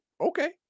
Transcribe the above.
Okay